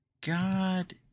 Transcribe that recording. God